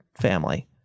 family